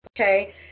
Okay